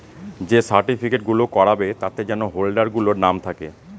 যে সার্টিফিকেট গুলো করাবে তাতে যেন হোল্ডার গুলোর নাম থাকে